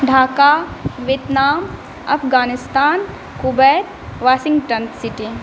Dhaka Vietnam Afghanistan Kuwait Washington city